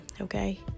okay